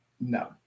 no